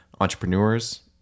entrepreneurs